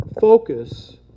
focus